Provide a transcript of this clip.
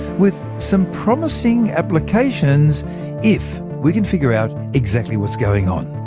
with some promising applications if we can figure out exactly what's going on.